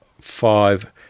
five